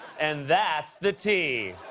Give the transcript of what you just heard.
and that's the t.